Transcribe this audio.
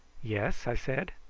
yes? i said.